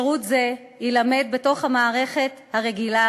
הרבה יותר מעומעם מבשנה הראשונה.